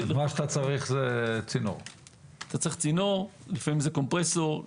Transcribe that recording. צריך צינור, לפעמים זה קומפרסור.